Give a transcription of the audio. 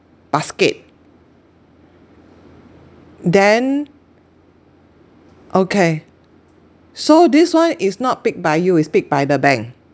basket then okay so this one is not picked by you is picked by the bank